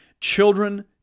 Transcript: Children